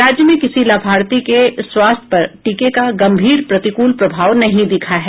राज्य में किसी लाभार्थी के स्वास्थ्य पर टीके का गम्भीर प्रतिकूल प्रभाव नहीं दिखा है